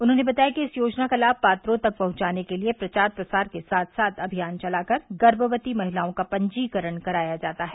उन्होंने बताया कि इस योजना का लाभ पात्रों तक पहुंचाने के लिये प्रचार प्रसार के साथ साथ अभियान चलाकर गर्भवती महिलाओं का पंजीकरण कराया जाता है